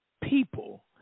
people